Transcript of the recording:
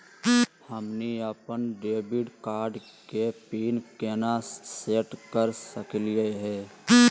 हमनी अपन debit card के पीन केना सेट कर सकली हे?